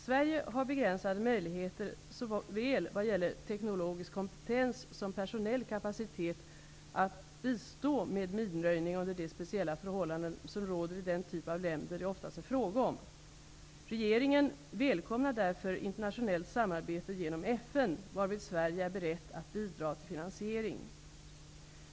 Sverige har begränsade möjligheter, vad gäller såväl teknologisk kompetens som personell kapacitet, att bistå med minröjning under de speciella förhållanden som råder i den typ av länder som det oftast är fråga om. Regeringen välkomnar därför internationellt samarbete genom FN, varvid Sverige är berett att bidra till finansiering.